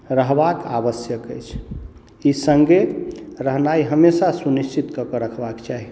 रहबाक आवश्यक अछि ई सँगहि रहनाइ हमेशा सुनिश्चित कऽ के रखबाक चाही